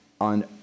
on